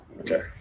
Okay